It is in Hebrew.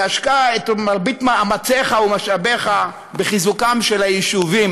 והשקע את מרבית מאמציך ומשאביך בחיזוקם של היישובים,